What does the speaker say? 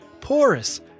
porous